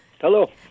Hello